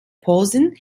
posen